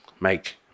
make